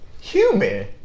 human